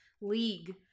league